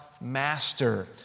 master